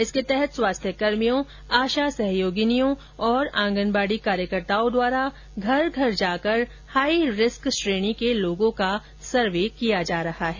इसके तहत स्वास्थ्य कर्मियों आशा सहयोगिनियों तथा आंगनबाडी कार्यकर्ताओं द्वारा घर घर जाकर हाई रिस्क श्रेणी के लोगों का सर्वे कर रही हैं